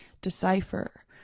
decipher